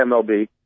MLB